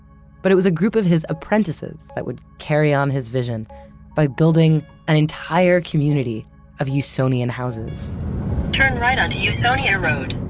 but it was a group of his apprentices that would carry on his vision by building an entire community of usonian houses turn right onto usonia road.